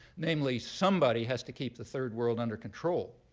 namely, somebody has to keep the third world under control.